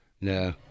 No